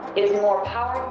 is more powerful.